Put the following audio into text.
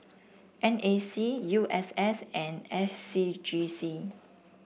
N A C U S S and S C G C